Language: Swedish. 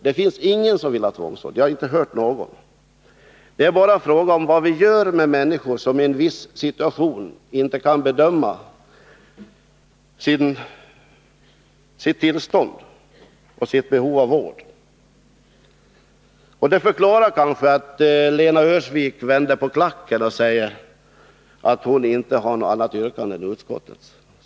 Det finns ingen som vill ha tvångsvård — jag har inte hört någon. Det är bara fråga om vad vi gör med de människor som i en viss situation inte kan bedöma sitt tillstånd och sitt behov av vård. Det förklarar kanske att Lena Öhrsvik sedan vänder på klacken och säger att hon inte har något annat yrkande än utskottets.